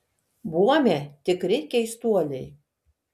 buome tikri keistuoliai